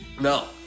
No